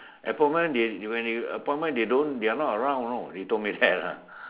appointment they when they appointment when they are not around you know they told me that lah